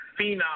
Phenom